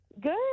Good